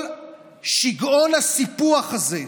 כל שגעון הסיפוח הזה,